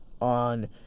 on